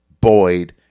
Boyd